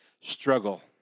struggle